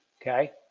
Okay